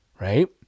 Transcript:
Right